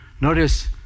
Notice